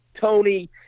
Tony